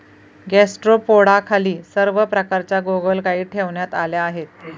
गॅस्ट्रोपोडाखाली सर्व प्रकारच्या गोगलगायी ठेवण्यात आल्या आहेत